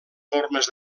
formes